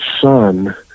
son